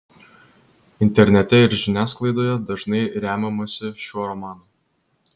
internete ir žiniasklaidoje dažnai remiamasi šiuo romanu